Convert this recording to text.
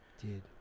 Dude